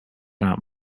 out